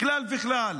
מכול וכול.